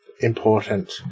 Important